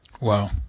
Wow